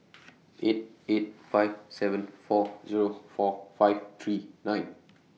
eight eight five seven four Zero four five three nine